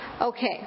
Okay